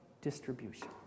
distribution